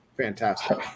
Fantastic